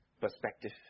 perspective